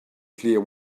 clear